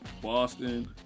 Boston